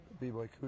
B-Boy